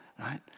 right